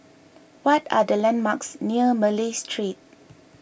what are the landmarks near Malay Street